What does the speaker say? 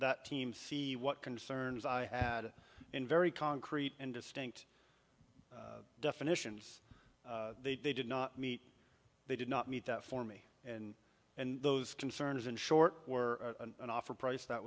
that team see what concerns i had in very concrete and distinct definitions they did not meet they did not meet that for me and and those concerns in short were an offer price that